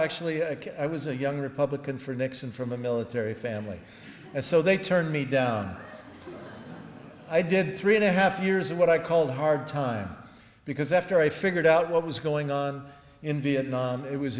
actually i was a young republican for nixon from a military family and so they turned me down i did three and a half years of what i call hard time because after i figured out what was going on in vietnam it was